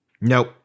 Nope